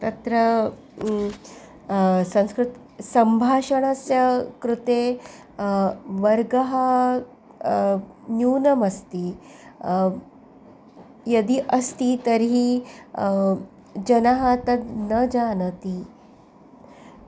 तत्र संस्कृते सम्भाषणस्य कृते वर्गः न्यूनमस्ति यदि अस्ति तर्हि जनः तद् न जानाति